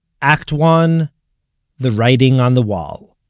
act one the writing on the wall.